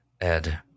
Ed